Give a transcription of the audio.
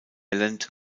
island